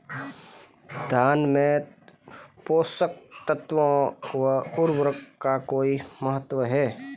धान में पोषक तत्वों व उर्वरक का कोई महत्व है?